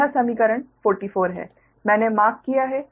यह समीकरण 44 है मैंने मार्क किया है